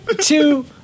two